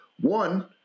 One